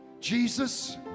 Jesus